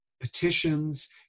petitions